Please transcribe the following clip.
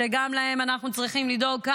שגם להם אנחנו צריכים לדאוג,